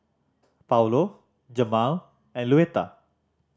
Paulo Jemal and Luetta